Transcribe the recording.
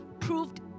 proved